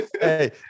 Hey